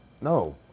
No